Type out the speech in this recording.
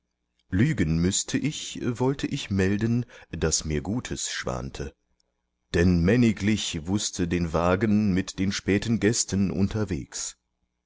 lügen müßte ich wollte ich melden daß mir gutes schwante denn männiglich wußte den wagen mit den späten gästen unterwegs